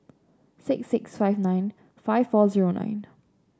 six six five nine five four zero nine